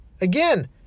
Again